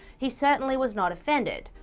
he certainly was not offended.